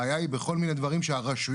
הבעיה היא בכל מיני דברים שהרשויות,